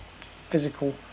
physical